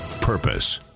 Purpose